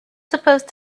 supposed